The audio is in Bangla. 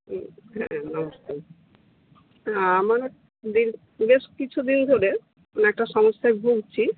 হ্যাঁ নমস্কার হ্যাঁ আমার বেশ কিছু দিন ধরে মানে একটা সমস্যায় ভুগছি